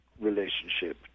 relationship